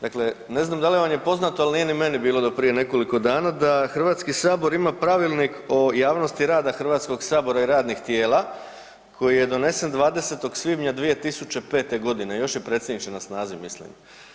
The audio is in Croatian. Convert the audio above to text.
Dakle, ne znam da li vam je poznato, ali nije ni meni bilo do prije nekoliko dana, da HS ima Pravilnik o javnosti rada Hrvatskog sabora i radnih tijela koji je donesen 20. svibnja 2005. godine, još je, predsjedniče na snazi mislim.